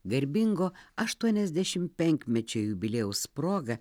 garbingo aštuoniasdešim penkmečio jubiliejaus proga